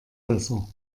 besser